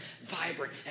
vibrant